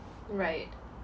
right